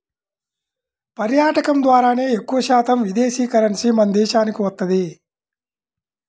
పర్యాటకం ద్వారానే ఎక్కువశాతం విదేశీ కరెన్సీ మన దేశానికి వత్తది